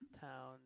town